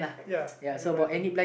ya Enid-Blyton